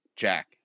Jack